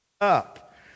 up